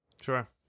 sure